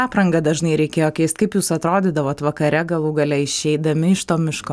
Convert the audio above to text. aprangą dažnai reikėjo keist kaip jūs atrodydavot vakare galų gale išeidami iš to miško